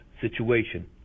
situation